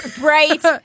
right